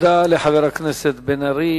תודה לחבר הכנסת בן-ארי.